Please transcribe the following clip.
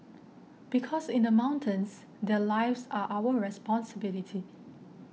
because in the mountains their lives are our responsibility